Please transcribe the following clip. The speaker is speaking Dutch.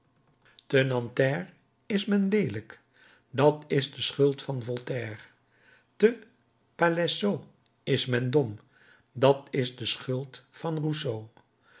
is men leelijk dat is de schuld van voltaire te palaiseau is men dom dat is de schuld van